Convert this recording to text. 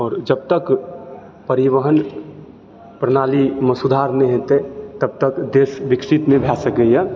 आओर जबतक परिवहन प्रणाली मे सुधार नहि हेतै तबतक देश विकसित नहि भय सकैया